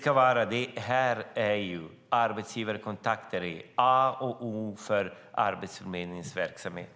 Arbetsgivarkontakter är A och O för Arbetsförmedlingens verksamhet.